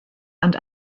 and